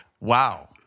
Wow